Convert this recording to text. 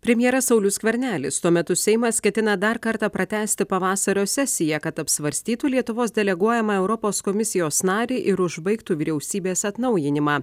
premjeras saulius skvernelis tuo metu seimas ketina dar kartą pratęsti pavasario sesiją kad apsvarstytų lietuvos deleguojamą europos komisijos narį ir užbaigtų vyriausybės atnaujinimą